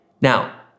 Now